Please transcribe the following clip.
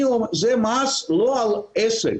זה מס לא על עסק.